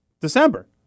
December